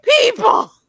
people